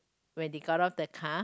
when they got off the car